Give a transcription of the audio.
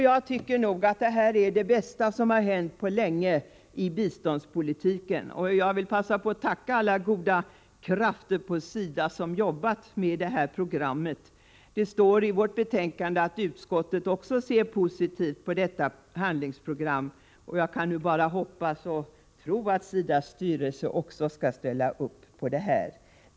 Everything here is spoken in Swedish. Jag tycker att detta är det bästa som har hänt på länge i biståndspolitiken, och jag vill passa på att tacka alla goda krafter på SIDA som har jobbat med det här programmet. Det står i vårt betänkande att utskottet också ser positivt på detta handlingsprogram, och jag kan nu bara hoppas och tro att SIDA: s styrelse skall ställa upp på det.